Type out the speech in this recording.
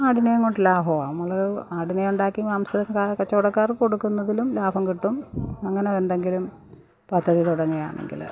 ആടിനെയുംകൊണ്ട് ലാഭമാണ് നമ്മള് ആടിനെ ഉണ്ടാക്കി മാംസ കച്ചവടക്കാർക്ക് കൊടുക്കുന്നതിലും ലാഭംകിട്ടും അങ്ങനന്തെങ്കിലും പദ്ധതി തുടങ്ങുകയാണെങ്കില്